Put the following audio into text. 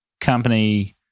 company